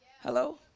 Hello